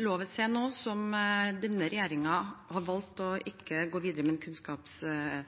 Lofoten, Vesterålen og Senja, og at denne regjeringen har valgt ikke å gå videre med en